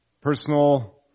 personal